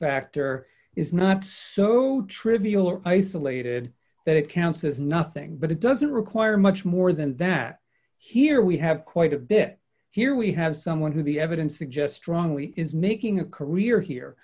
factor is not so trivial or isolated that it counts as nothing but it doesn't require much more than that here we have quite a bit here we have someone who the evidence suggest wrongly is making a career here